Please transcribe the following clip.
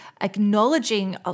acknowledging